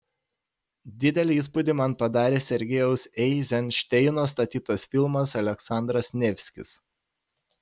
didelį įspūdį man padarė sergejaus eizenšteino statytas filmas aleksandras nevskis